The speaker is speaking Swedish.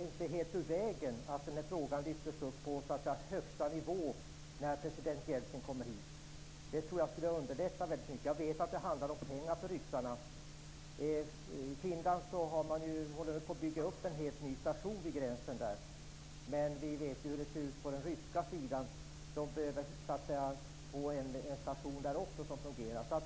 inte helt ur vägen att frågan lyftes upp på högsta nivå när president Jeltsin kommer hit. Det skulle nog underlätta rätt mycket. Jag vet att det handlar om pengar för ryssarna. I Finland håller man på att bygga en helt ny station vid gränsen. Men vi vet ju hur det ser ut på den ryska sidan. Där behövs det också en station som fungerar.